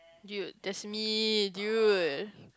dude text me dude